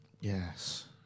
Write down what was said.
Yes